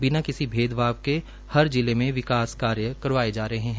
बिना किसी भेदभाव के हर जिले में विकास कार्य किए जा रहे हैं